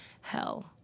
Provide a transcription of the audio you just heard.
hell